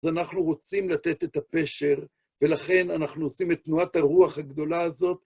אז אנחנו רוצים לתת את הפשר, ולכן אנחנו עושים את תנועת הרוח הגדולה הזאת.